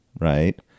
Right